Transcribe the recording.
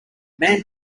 man